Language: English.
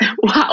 Wow